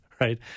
right